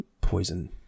poison